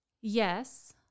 Yes